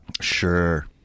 Sure